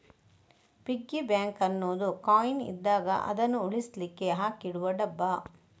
piggy bank ಅನ್ನುದು coin ಇದ್ದಾಗ ಅದನ್ನು ಉಳಿಸ್ಲಿಕ್ಕೆ ಹಾಕಿಡುವ ಡಬ್ಬ